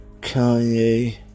Kanye